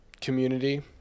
community